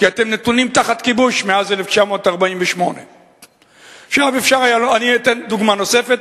כי אתם נתונים תחת כיבוש מאז 1948. אני אתן דוגמה נוספת,